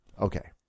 Okay